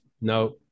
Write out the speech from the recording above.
No